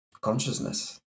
consciousness